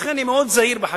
לכן אני מאוד זהיר בחקיקה.